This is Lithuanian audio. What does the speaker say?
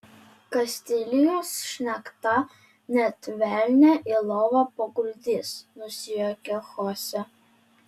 kastilijos šnekta net velnią į lovą paguldys nusijuokė chose